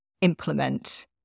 implement